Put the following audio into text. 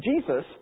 Jesus